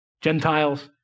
Gentiles